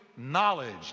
Knowledge